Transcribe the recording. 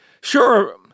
Sure